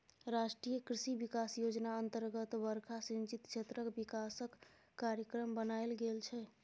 राष्ट्रीय कृषि बिकास योजना अतर्गत बरखा सिंचित क्षेत्रक बिकासक कार्यक्रम बनाएल गेल छै